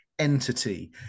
Entity